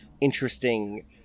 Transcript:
interesting